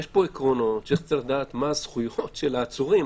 יש פה עקרונות שצריך לדעת מה הזכויות של העצורים.